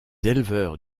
éleveurs